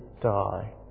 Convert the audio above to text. die